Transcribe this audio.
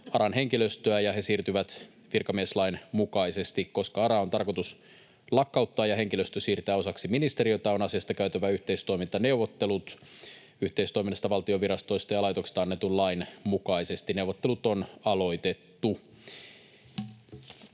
ARA on tarkoitus lakkauttaa ja henkilöstö siirtää osaksi ministeriötä, on asiasta käytävä yhteistoimintaneuvottelut yhteistoiminnasta valtion virastoissa ja laitoksissa annetun lain mukaisesti. Neuvottelut on aloitettu.